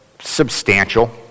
substantial